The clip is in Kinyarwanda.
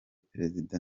perezida